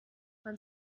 man